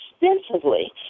extensively